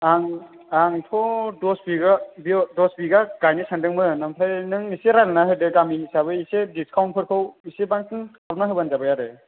आं आंथ' दस बिघा बेयाव दस बिघा गायनो सानदोंमोन आमफ्राइ नों एसे रायज्लायना होदो गामिनि हिसाबै डिसकाउन्टफोरखौ एसे बांसिन खालामना होब्लानो जाबाय आरो